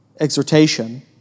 exhortation